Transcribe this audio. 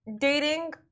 Dating